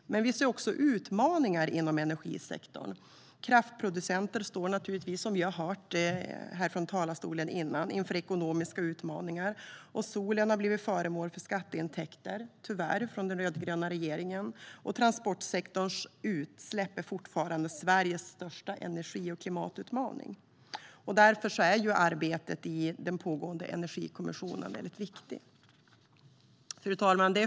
Men vi ser också utmaningar inom energisektorn. Kraftproducenter står inför ekonomiska utmaningar, som vi har hört sägas i talarstolen tidigare. Solen har tyvärr blivit föremål för skatteintäkter på grund av den rödgröna regeringen. Och transportsektorns utsläpp är fortfarande Sveriges största energi och klimatutmaning. Därför är det pågående arbetet i Energikommissionen viktigt. Fru talman!